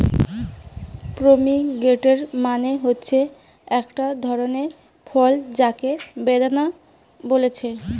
pomegranate মানে হচ্ছে একটা ধরণের ফল যাকে বেদানা বলছে